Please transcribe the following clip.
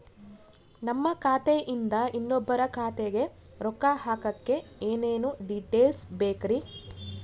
ನಮ್ಮ ಖಾತೆಯಿಂದ ಇನ್ನೊಬ್ಬರ ಖಾತೆಗೆ ರೊಕ್ಕ ಹಾಕಕ್ಕೆ ಏನೇನು ಡೇಟೇಲ್ಸ್ ಬೇಕರಿ?